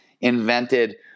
invented